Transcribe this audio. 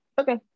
Okay